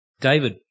David